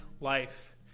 life